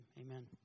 Amen